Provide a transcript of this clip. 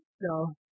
No